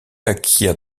acquiert